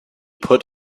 put